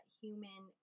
human